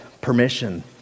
permission